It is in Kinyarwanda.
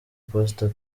pastor